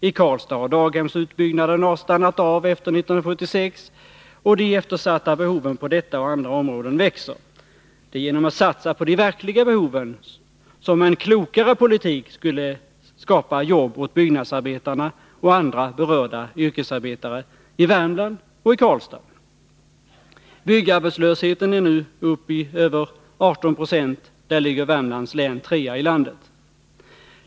I Karlstad har daghemsutbyggnaden stannat av efter 1976, och de eftersatta behoven på detta och andra områden växer. Det är genom att satsa på de verkliga behoven som en klokare politik skulle skapa jobb åt byggnadsarbetarna och andra berörda yrkesarbetare i Värmland och i Karlstad. Byggarbetslösheten är nu uppe i över 18 90, och i det avseendet ligger Värmlands län trea i landet.